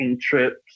trips